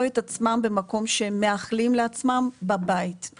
את עצמם במקום שהם מאחלים לעצמם בבית.